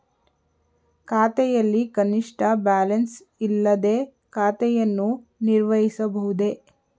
ಖಾತೆಯಲ್ಲಿ ಕನಿಷ್ಠ ಬ್ಯಾಲೆನ್ಸ್ ಇಲ್ಲದೆ ಖಾತೆಯನ್ನು ನಿರ್ವಹಿಸಬಹುದೇ?